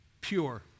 pure